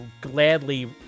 gladly